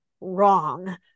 wrong